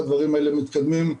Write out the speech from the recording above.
מתקדמים,